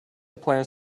plans